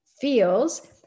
feels